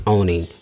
Owning